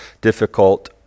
difficult